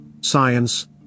science